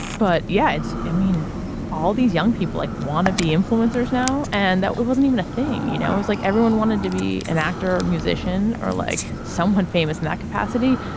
but yeah it's i mean all these young people like wanna be influencers now and that wasn't even a thing. you know it's like everyone wanted to be an actor musician or like someone famous in that capacity.